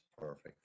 perfect